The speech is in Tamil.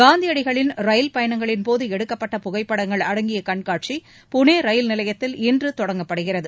காந்தியடிகளின் ரயில் பயணங்களின்போது எடுக்கப்பட்ட புகைப்படங்கள் அடங்கிய கண்காட்சி புனே ரயில் நிலையத்தில் இன்று தொடங்கப்படுகிறது